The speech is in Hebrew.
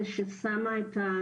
שחד משמעית, העניין